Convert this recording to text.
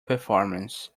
performance